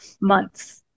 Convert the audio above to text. months